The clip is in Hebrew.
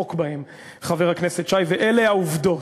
לדבוק בהן, חבר הכנסת שי, ואלה העובדות,